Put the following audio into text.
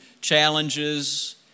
challenges